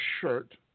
shirt